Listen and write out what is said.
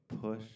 push